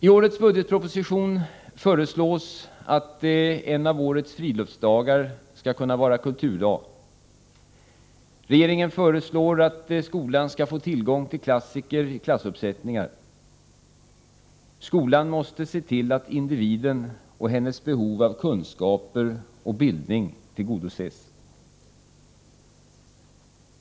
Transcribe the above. I budgetpropositionen föreslås att en av årets friluftsdagar skall kunna vara kulturdag. Regeringen föreslår vidare att skolan skall få tillgång till klassiker i klassuppsättningar. Skolan måste se till att individen och hennes behov av kunskaper och bildning tillgodoses.